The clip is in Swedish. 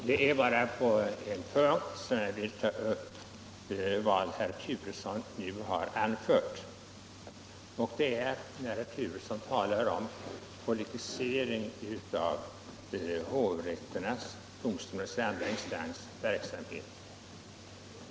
Herr talman! Det är bara en punkt som jag vill ta upp i herr Turessons anförande, nämligen herr Turessons tal om politisering av hovrättens, den andra instansens, verksamhet.